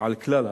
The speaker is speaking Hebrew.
על כלל הציבור.